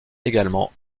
également